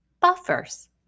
buffers